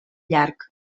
llarg